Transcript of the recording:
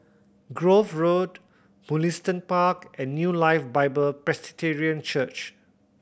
Grove Road Mugliston Park and New Life Bible Presbyterian Church